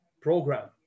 program